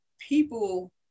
people